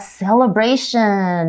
celebration